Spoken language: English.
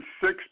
six